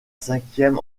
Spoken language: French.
cinquième